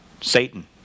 Satan